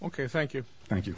ok thank you thank you